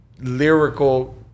lyrical